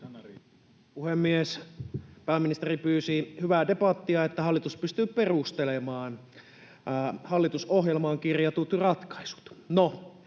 Puhemies! Pääministeri pyysi hyvää debattia, että hallitus pystyy perustelemaan hallitusohjelmaan kirjatut ratkaisut.